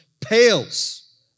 pales